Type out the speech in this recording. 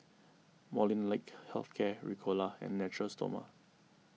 Molnylcke Health Care Ricola and Natura Stoma